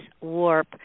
warp